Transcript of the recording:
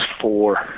four